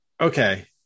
Okay